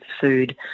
food